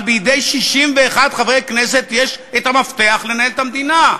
אבל בידי 61 חברי כנסת יש המפתח לנהל את המדינה.